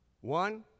One